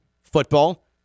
football